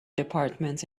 department